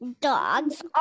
dogs